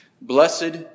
Blessed